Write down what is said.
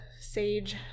sage